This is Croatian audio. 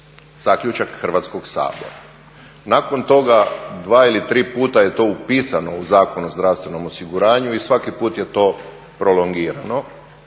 zaključak Hrvatskog sabora. Nakon toga dva ili tri puta je to upisano u Zakon o zdravstvenom osiguranju i svaki put je to prolongirano.